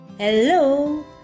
Hello